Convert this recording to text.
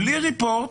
בלי Report,